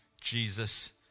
Jesus